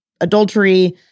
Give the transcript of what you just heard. adultery